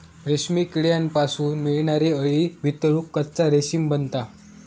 रेशीम किड्यांपासून मिळणारी अळी वितळून कच्चा रेशीम बनता